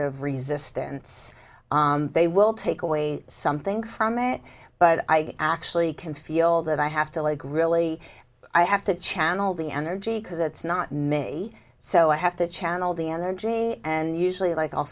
of resistance they will take away something from it but i actually can feel that i have to like really i have to channel the energy because it's not me so i have to channel the energy and usually like i'll